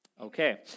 Okay